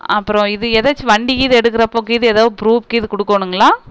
அப்புறம் இது ஏதாச்சும் வண்டிகீது எடுக்குறப்போ கீது ஏதாவது ப்ரூஃப் கீது கொடுக்கோணுங்களா